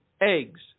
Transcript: eggs